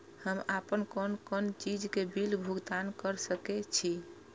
हम आपन कोन कोन चीज के बिल भुगतान कर सके छी?